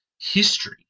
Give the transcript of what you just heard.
history